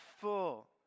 full